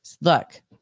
Look